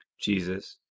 Jesus